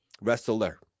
wrestler